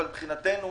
מבחינתנו,